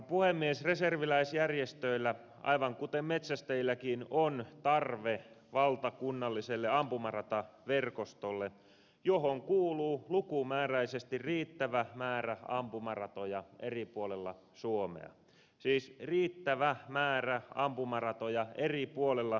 reserviläisjärjestöillä aivan kuten metsästäjilläkin on tarve valtakunnalliselle ampumarataverkostolle johon kuuluu lukumääräisesti riittävä määrä ampumaratoja eri puolilla suomea siis riittävä määrä ampumaratoja eri puolilla suomea